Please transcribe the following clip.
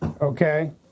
Okay